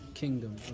kingdom